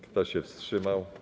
Kto się wstrzymał?